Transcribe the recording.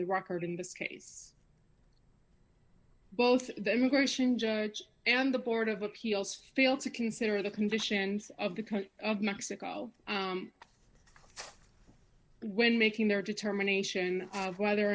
the record in this case both the immigration judge and the board of appeals fail to consider the conditions of the coast of mexico when making their determination of whether